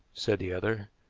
said the other.